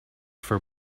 for